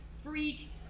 freak